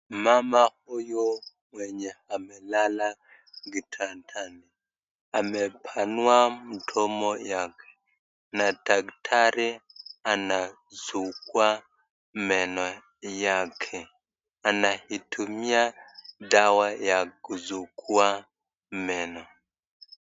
Mama huyu mwenye amelala kitandani, amepanua mdomo yake na daktari anasugua meno yake. Anatumia dawa ya kusugua meno.